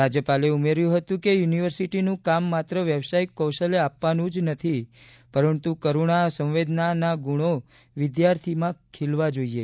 રાજ્યપાલે ઉમેર્યું હતું કે યુનિવર્સિટીનું કામ માત્ર વ્યવસાયિક કૌશલ્ય આપવાનું નથી પરંતુ કરૂણા સંવેદના ગુણો વિદ્યાર્થીઓમાં ખીલવા જોઈએ